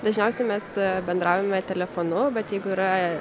dažniausiai mes bendraujame telefonu bet jeigu yra